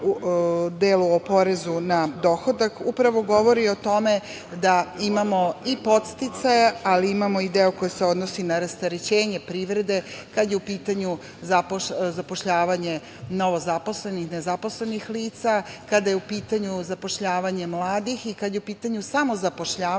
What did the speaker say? Zakon o porezu na dohodak upravo govore o tome da imamo i podsticaja, ali imamo i deo koji se odnosi na rasterećenje privrede kada je u pitanju zapošljavanje novozaposlenih, nezaposlenih lica, kada je u pitanju zapošljavanje mladih i kada je u pitanju samozapošljavanje,